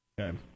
Okay